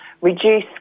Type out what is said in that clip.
reduce